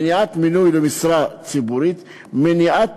מניעת מינוי למשרד ציבורית ומניעת